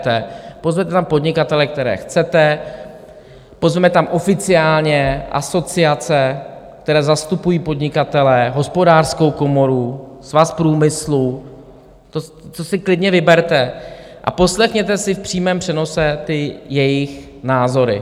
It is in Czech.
Pozvěte tam podnikatele, které chcete, pozvěme tam oficiálně asociace, které zastupují podnikatele, Hospodářskou komoru, Svaz průmyslu, to si klidně vyberte a poslechněte si v přímém přenose jejich názory.